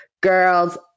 girls